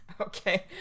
Okay